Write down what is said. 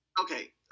Okay